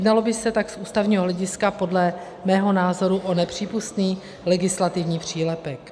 Jednalo by se tak z ústavního hlediska podle mého názoru o nepřípustný legislativní přílepek.